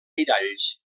miralls